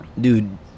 dude